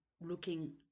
looking